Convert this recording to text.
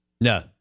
No